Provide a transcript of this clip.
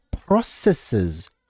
processes